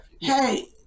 Hey